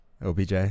OBJ